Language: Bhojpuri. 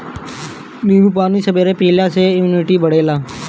नींबू पानी सबेरे पियला से इमुनिटी बढ़ेला